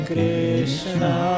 Krishna